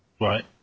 Right